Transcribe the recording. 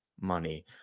money